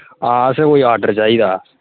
हां असें कोई आर्डर चाहिदा